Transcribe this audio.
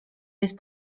jest